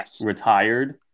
retired